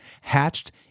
hatched